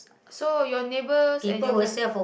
so your neighbours and your friend